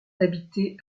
habité